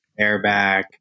airbag